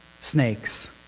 snakes